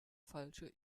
falsche